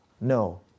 no